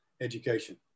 education